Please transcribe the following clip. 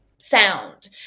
Sound